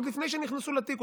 עוד לפני שנכנסו לתיק,